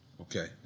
Okay